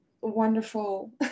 wonderful